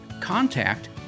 contact